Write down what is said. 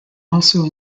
also